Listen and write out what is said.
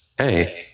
Hey